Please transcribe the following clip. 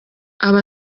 aba